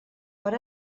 per